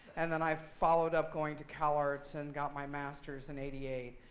and then, i followed up going to calarts, and got my masters in eighty eight.